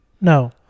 no